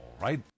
right